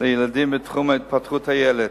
לילדים בתחום התפתחות הילד.